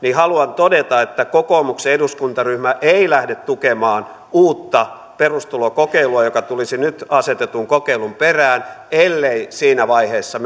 haluan todeta että kokoomuksen eduskuntaryhmä ei lähde tukemaan uutta perustulokokeilua joka tulisi nyt asetetun kokeilun perään ellei siinä vaiheessa